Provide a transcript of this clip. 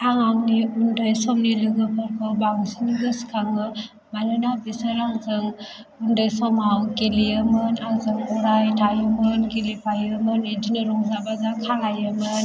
आं आंनि उन्दै समनि लोगोफोरखौ बांसिनै गोसोखाङो मानोना बिसोर आंजों उन्दै समाव गेलेयोमोन आंजों रायज्लायोमोन गेलेफायोमोन बिदिनो रंजा बाजा खालामोमोन